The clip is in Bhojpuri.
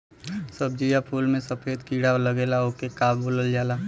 सब्ज़ी या फुल में सफेद कीड़ा लगेला ओके का बोलल जाला?